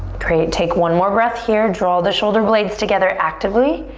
great, take one more breath here. draw the shoulder blades together actively.